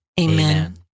Amen